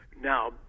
Now